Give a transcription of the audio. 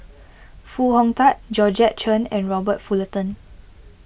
Foo Hong Tatt Georgette Chen and Robert Fullerton